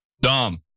dom